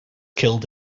killed